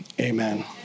Amen